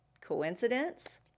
Coincidence